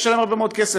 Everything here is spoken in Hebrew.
שישלם הרבה מאוד כסף,